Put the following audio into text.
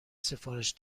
سفارش